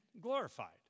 glorified